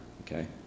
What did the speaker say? okay